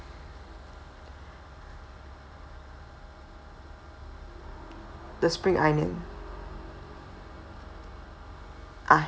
the spring onion ah